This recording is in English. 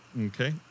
Okay